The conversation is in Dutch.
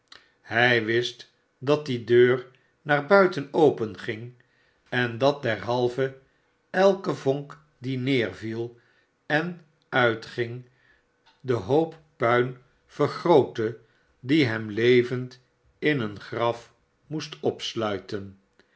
hij wist dat die deur naar buiten openging en dat derhalve elke vonk die neerviel en uitging den hoop puin vergrootte die hem levend in een graf moest opslmten